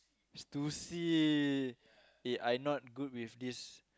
two C eh I not good with this